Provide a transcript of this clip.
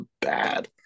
bad